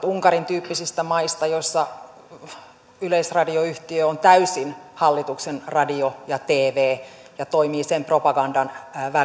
unkarin tyyppisistä maista joissa yleisradioyhtiö on täysin hallituksen radio ja tv ja toimii sen propagandan